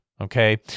okay